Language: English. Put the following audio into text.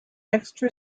extra